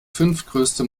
fünftgrößte